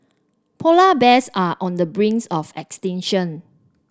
polar bears are on the brink of extinction